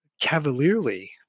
cavalierly